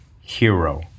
Hero